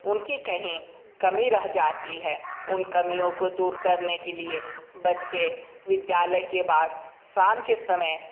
उनकी कहीं कमी रह जाती है उन कमियों को दूर करने के लिए बच्चे विद्यालय के बाद शाम के समय